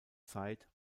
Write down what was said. zeit